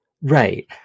right